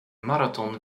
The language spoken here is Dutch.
marathon